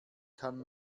kann